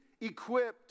equipped